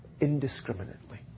indiscriminately